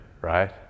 right